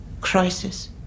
Crisis